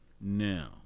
Now